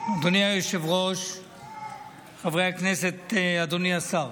(תיקוני חקיקה להשגת יעדי התקציב לשנות התקציב 2017 ו-2018)